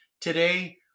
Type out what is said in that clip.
today